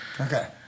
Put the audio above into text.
Okay